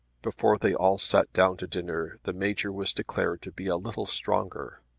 before they all sat down to dinner the major was declared to be a little stronger.